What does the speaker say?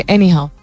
Anyhow